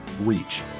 reach